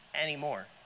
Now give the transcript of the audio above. anymore